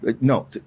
No